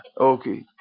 okay